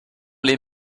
les